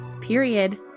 period